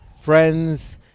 friends